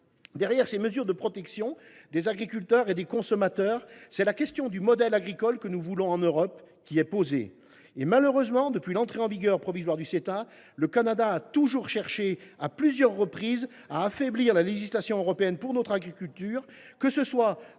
Derrière ces mesures de protection des agriculteurs et des consommateurs, c’est la question du modèle agricole que nous voulons pour l’Europe qui se pose. Malheureusement, depuis l’entrée en vigueur provisoire du Ceta, le Canada a cherché à plusieurs reprises à affaiblir la législation européenne en matière agricole, que ce soit